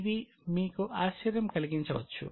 ఇది మీకు ఆశ్చర్యం కలిగించవచ్చు